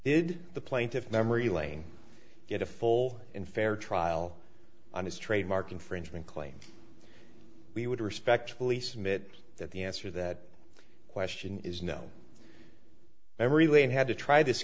did the plaintiff memory lane get a full and fair trial on his trademark infringement claim we would respectfully submit that the answer that question is no memory lane had to try this